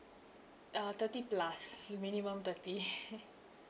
uh thirty plus minimum thirty